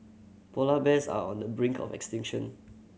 polar bears are on the brink of extinction